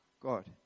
God